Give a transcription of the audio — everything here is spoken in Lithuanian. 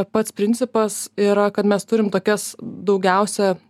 pats principas yra kad mes turim tokias daugiausia